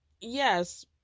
Yes